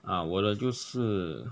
啊我的就是